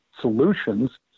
solutions